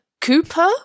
Cooper